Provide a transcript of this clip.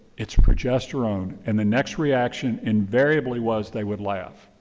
it's progesterone. and the next reaction invariably was they would laugh.